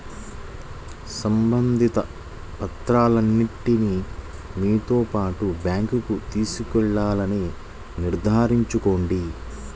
సంబంధిత పత్రాలన్నింటిని మీతో పాటు బ్యాంకుకు తీసుకెళ్లాలని నిర్ధారించుకోండి